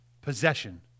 possession